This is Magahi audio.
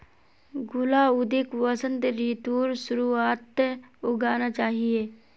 गुलाउदीक वसंत ऋतुर शुरुआत्त उगाना चाहिऐ